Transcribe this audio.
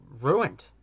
ruined